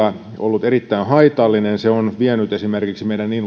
ollut erittäin haitallinen se on vienyt esimerkiksi meidän